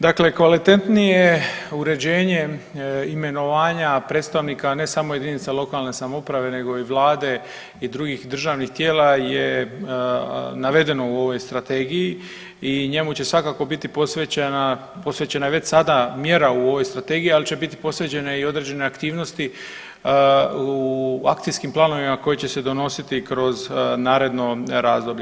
Dakle, kvalitetnije uređenje imenovanja predstavnika ne samo jedinica lokalne samouprave nego i Vlade i drugih državnih tijela je navedeno u ovoj strategiji i njemu će svakako biti posvećena, posvećena je već sada mjera u ovoj strategiji ali će biti posvećene i određene aktivnosti u akcijskim planovima koji će se donositi kroz naredno razdoblje.